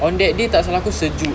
on that day tak salah aku sejuk